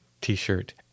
t-shirt